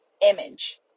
image